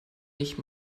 nicht